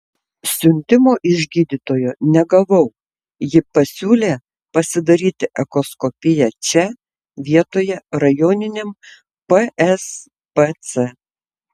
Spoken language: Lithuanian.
siuntimo iš gydytojo negavau ji pasiūlė pasidaryti echoskopiją čia vietoje rajoniniam pspc